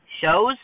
shows